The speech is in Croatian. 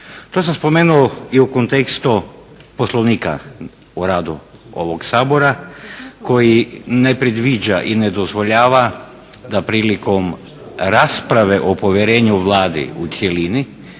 To sam spomenuo i u kontekstu Poslovnika u radu ovog Sabora koji ne predviđa i ne dozvoljava da prilikom rasprave o povjerenju Vlade u cjelini